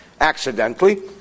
accidentally